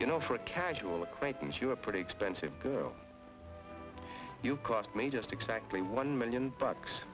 you know for a casual acquaintance you are pretty expensive girl you cost may just exactly one million bucks